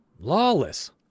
lawless